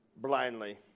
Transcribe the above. blindly